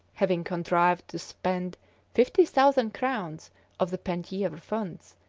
having contrived to spend fifty thousand crowns of the penthievre funds,